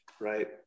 right